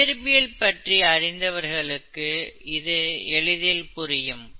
இயற்பியல் பற்றி அறிந்தவர்களுக்கு இது எளிதில் புரியும்